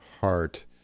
heart